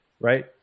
right